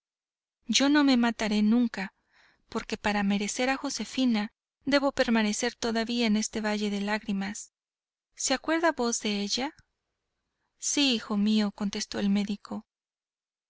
yo no me mataré nunca porque para merecer a josefina debo permanecer todavía en este valle de lágrimas se acuerda v de ella sí hijo mío contestó el médico